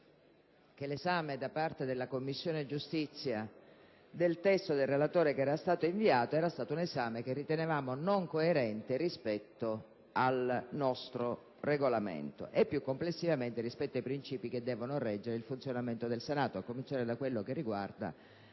che l'esame da parte della Commissione giustizia del testo del relatore che era stato inviato era stato non coerente rispetto al nostro Regolamento e, più complessivamente, rispetto ai principi che devono reggere il funzionamento del Senato, a cominciare da quello che riguarda